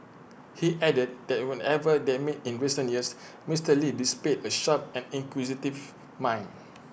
he added that whenever they met in recent years Mister lee displayed A sharp and inquisitive mind